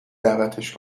دعوتش